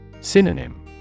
Synonym